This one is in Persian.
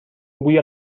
بوی